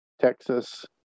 Texas